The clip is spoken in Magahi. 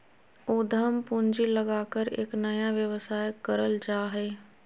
उद्यम पूंजी लगाकर एक नया व्यवसाय करल जा हइ